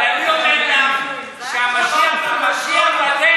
אבל אני אומר לך שהמשיח בדרך,